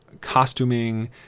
costuming